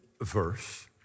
verse